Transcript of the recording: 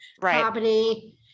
company